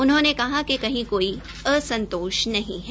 उन्होंने कहा कि कहीं कोई असंतोष नहीं है